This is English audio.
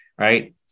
right